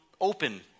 open